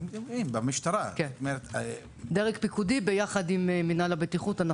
ביחד עם מינהל הבטיחות,